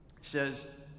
says